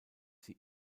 sie